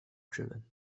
driven